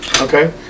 Okay